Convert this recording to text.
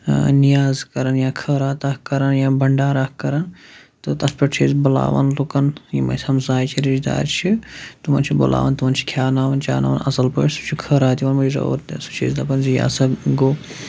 نِیاز کران یا خٲرات اکھ کران یا بنٛڈار اکھ کران تہٕ تتھ پٮ۪ٹھ چھِ أسۍ بُلاوان لُکن یِم اسہِ ہمسایہِ چھِ رشتہٕ دار چھِ تِمن چھِ بُلاوان تِمن چھِ کھیٚوناوان چاناوان اصل پٲٹھۍ سُہ چھُ خٲرات یِوان مُجراہ اور سُہ چھِ أسۍ دپان زِ یہِ ہسا گوٚو